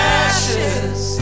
ashes